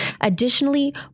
Additionally